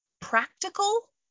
practical